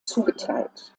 zugeteilt